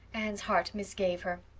anne's heart misgave her.